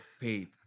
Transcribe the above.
paid